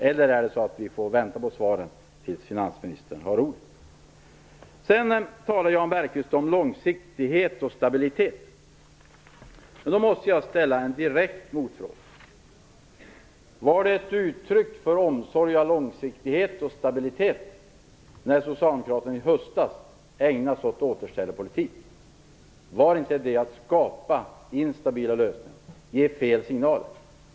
Eller får vi vänta på svaren tills finansministern har ordet? Vidare talar Jan Bergqvist om långsiktighet och stabilitet. Jag måste ställa en direkt motfråga: Var det ett uttryck för omsorg om långsiktighet och stabilitet när socialdemokraterna i höstas ägnade sig åt återställarpolitik? Var inte det att skapa instabila lösningar och att ge fel signaler?